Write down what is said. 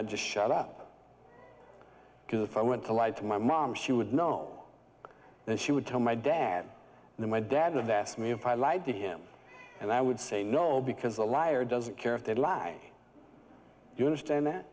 i'd just shut up because if i want to lie to my mom she would know and she would tell my dad and my dad and asked me if i lied to him and i would say no because a liar doesn't care if they lie you understand that